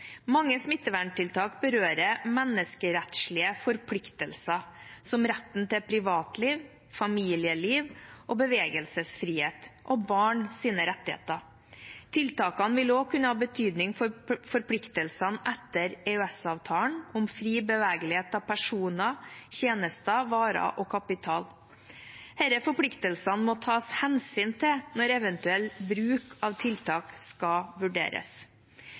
Mange smitteverntiltak berører menneskerettslige forpliktelser – som retten til privatliv, familieliv og bevegelsesfrihet, og barns rettigheter. Tiltakene vil også kunne ha betydning for forpliktelsene etter EØS-avtalen om fri bevegelighet av personer, tjenester, varer og kapital. Disse forpliktelsene må tas hensyn til når eventuell bruk av tiltak skal vurderes.